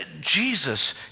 Jesus